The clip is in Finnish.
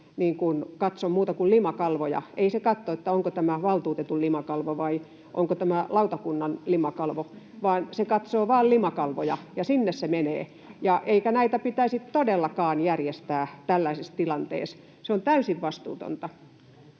katso muuta kuin limakalvoja. Ei se katso, onko tämä valtuutetun limakalvo vai onko tämä lautakunnan limakalvo, vaan se katsoo vain limakalvoja, ja sinne se menee. Eikä näitä pitäisi todellakaan järjestää tällaisessa tilanteessa. Se on täysin vastuutonta.